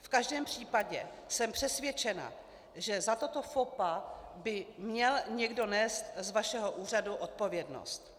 V každém případě jsem přesvědčena, že za toto faux pas by měl někdo nést z vašeho úřadu odpovědnost.